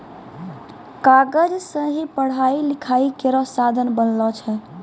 कागज सें ही पढ़ाई लिखाई केरो साधन बनलो छै